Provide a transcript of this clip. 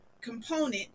component